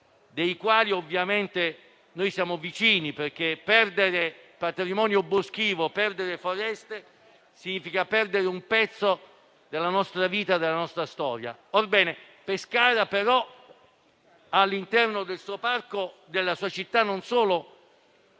ai quali ovviamente esprimiamo vicinanza, perché perdere patrimonio boschivo, perdere foreste significa perdere un pezzo della nostra vita e della nostra storia. Pescara però all'interno della città ha non solo